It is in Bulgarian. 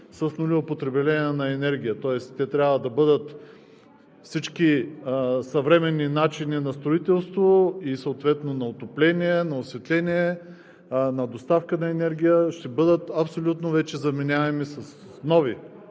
с нулево потребление на енергия, тоест те трябва да бъдат с всички съвременни начини на строителство и съответно на отопление, на осветление, на доставка на енергия, ще бъдат вече абсолютно заменяеми с нови,